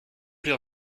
plus